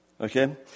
Okay